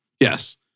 Yes